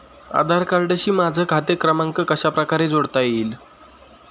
आधार कार्डशी माझा खाते क्रमांक कशाप्रकारे जोडता येईल?